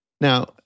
now